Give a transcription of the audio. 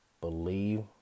Believe